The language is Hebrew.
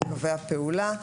לקווי הפעולה,